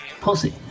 Pussy